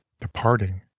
departing